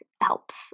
helps